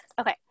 Okay